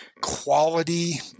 quality